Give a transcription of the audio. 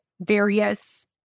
various